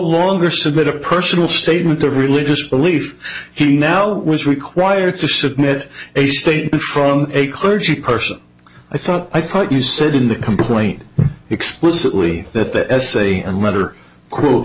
longer submit a personal statement of religious belief he now was required to submit a statement from a clergy person i thought i thought you said in the complaint explicitly that the essay and letter quote